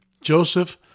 Joseph